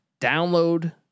download